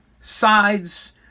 sides